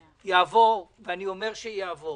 יעבור, ואני אומר שיעבור,